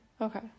Okay